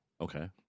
Okay